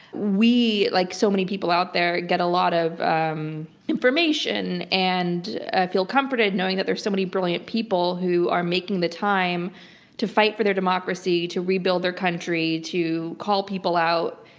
we, like so many people out there, get a lot of um, information and feel comforted knowing that there's so many brilliant people who are making the time to fight for their democracy, to rebuild their country, to call people out.